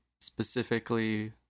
specifically